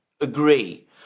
agree